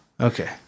Okay